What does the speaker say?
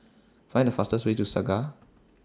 Find The fastest Way to Segar